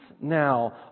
now